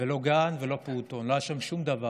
לא גן ולא פעוטון, לא היה שם שום דבר.